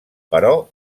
però